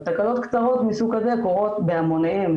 אבל תקלות קצרות מסוג כזה קורות בהמוניהן,